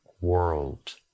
world